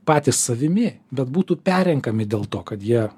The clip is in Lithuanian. patys savimi bet būtų perrenkami dėl to kad jie